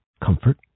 comfort